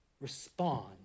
respond